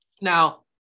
Now